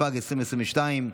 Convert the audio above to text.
התשפ"ג 2022,